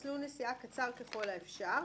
מסלול נסיעה קצר ככל האפשר,